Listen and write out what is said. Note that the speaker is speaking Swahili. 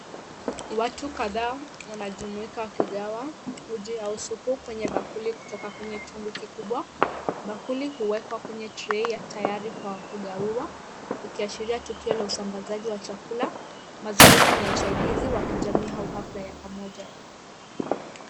Watu kadhaa wanajumuika wakigawa uji au supu kwenye bakuli kutoka kwenye chungu kikubwa, bakuli huwekwa kwenye trei tayari kwa kugawiwa ikiashiria tukio la usambazaji wa chakula .Mazingira ni ya usaidizi wa jamii au hafla ya pamoja.